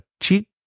cheat